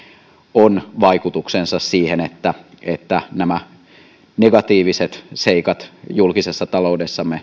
on vaikutuksensa siihen että ennakoidaan että nämä negatiiviset seikat ja signaalit vähenevät julkisessa taloudessamme